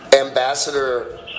ambassador